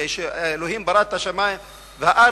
כשאלוהים ברא את השמים והארץ,